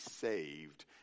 saved